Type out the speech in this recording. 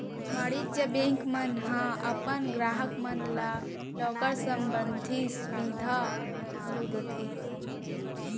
वाणिज्य बेंक मन ह अपन गराहक मन ल लॉकर संबंधी सुभीता घलौ देथे